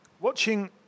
Watching